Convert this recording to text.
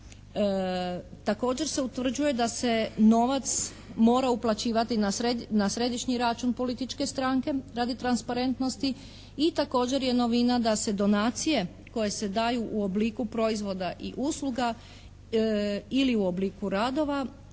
Također se utvrđuje da se novac mora uplaćivati na središnji račun političke stranke radi transparentnosti i također je novina da se donacije koje se daju u obliku proizvoda i usluga ili u obliku radova